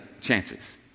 chances